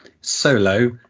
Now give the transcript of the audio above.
Solo